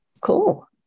Cool